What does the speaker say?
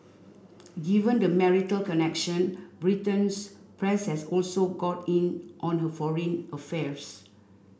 given the marital connection Britain's press has also got in on her foreign affairs